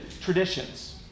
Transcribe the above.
traditions